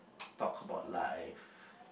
talk about life